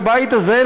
בבית הזה,